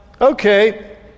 Okay